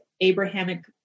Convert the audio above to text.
Abrahamic